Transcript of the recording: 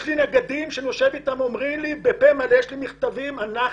יש מכתבים מנגדים שאומרים בפה מלא שהם משקרים מכיוון